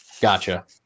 Gotcha